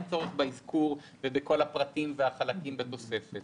אין צורך באזכור ובכל הפרטים והחלקים בתוספת.